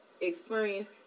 experience